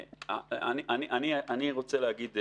אני רוצה להגיד,